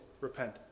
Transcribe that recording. repent